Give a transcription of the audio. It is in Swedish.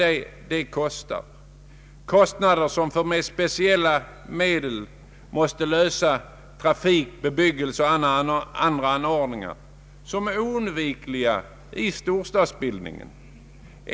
Det medför stora kostnader att med speciella medel lösa trafikoch bebyggelseproblemen samt andra problem som är oundvikliga i storstadsbildningen.